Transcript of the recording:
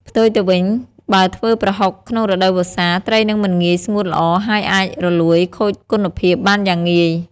ផ្ទុយទៅវិញ បើធ្វើប្រហុកក្នុងរដូវវស្សា ត្រីនឹងមិនងាយស្ងួតល្អ ហើយអាចរលួយខូចគុណភាពបានយ៉ាងងាយ។